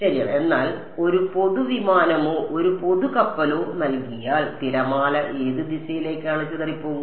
ശരിയാണ് എന്നാൽ ഒരു പൊതു വിമാനമോ ഒരു പൊതു കപ്പലോ നൽകിയാൽ തിരമാല ഏത് ദിശയിലേക്കാണ് ചിതറിപ്പോകുക